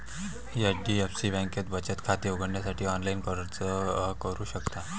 HDFC बँकेत बचत खाते उघडण्यासाठी ऑनलाइन अर्ज करू शकता